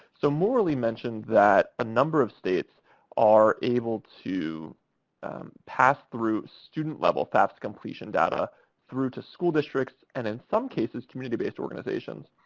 so, morralee mentioned that a number of states are able to pass through student-level fafsa completion data through to school districts, and in some cases, community-based organizations.